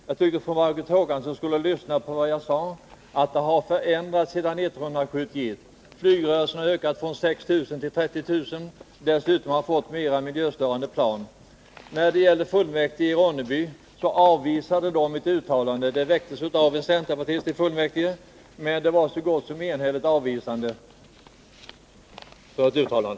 Herr talman! Jag tycker att Margot Håkansson skulle ha lyssnat på vad jag sade, nämligen att förutsättningarna har ändrats sedan 1971. Antalet flygrörelser har ökat från 6 000 till 30 000. Dessutom har man fått mera miljöstörande plan. När det gäller fullmäktige i Ronneby avvisade de kravet på ett uttalande. Frågan väcktes av en centerpartist i fullmäktige, men det blev ett så gott som enhälligt avvisande.